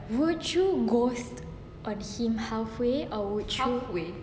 would you ghost on him half way or would you